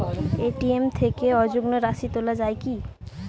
ATM থেকে অযুগ্ম রাশি তোলা য়ায় কি?